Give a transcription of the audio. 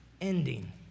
ending